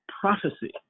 prophecy